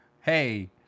Hey